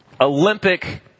Olympic